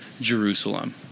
Jerusalem